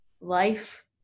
life